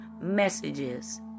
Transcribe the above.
messages